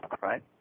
Right